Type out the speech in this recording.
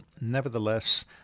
nevertheless